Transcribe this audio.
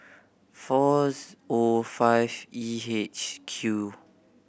fours O five E H Q